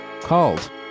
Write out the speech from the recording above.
called